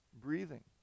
breathing